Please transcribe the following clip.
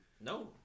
No